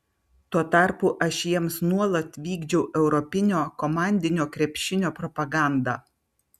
tuo tarpu aš jiems nuolat vykdžiau europinio komandinio krepšinio propagandą